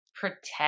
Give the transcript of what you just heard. protect